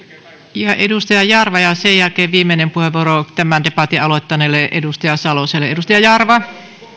edustaja jarva ja sen jälkeen viimeinen puheenvuoro tämän debatin aloittaneelle edustaja saloselle